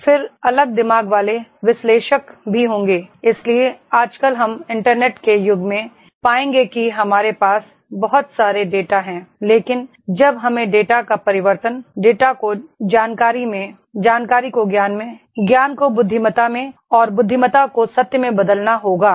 फिर अलग दिमाग वाले विश्लेषक भी होंगे इसलिए आजकल हम इंटरनेट के युग में पाएंगे कि हमारे पास बहुत सारे डेटा हैं लेकिन जब हमें डेटा का परिवर्तन डेटा को जानकारीमें जानकारी को ज्ञानमें ज्ञान को बुद्धिमता में और बुद्धिमता को सत्य में बदलना होगा